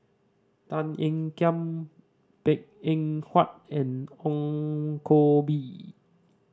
Tan Ean Kiam Png Eng Huat and Ong Koh Bee